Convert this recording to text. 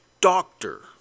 doctor